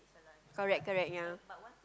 correct correct ya